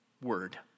word